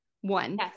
one